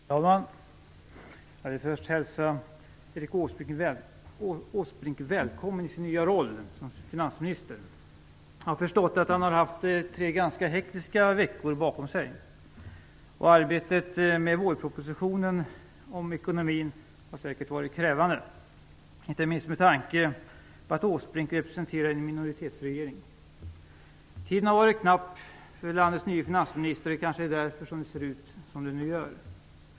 Fru talman! Jag vill första hälsa Erik Åsbrink välkommen i sin nya roll som finansminister. Jag har förstått att han har tre ganska hektiska veckor bakom sig. Arbetet med vårpropositionen om ekonomin har säkert varit krävande - inte minst med tanke på att Åsbrink representerar en minoritetsregering. Tiden har varit knapp för landets nye finansminister, och det kanske är därför som det ser ut som det nu gör.